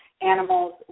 Animals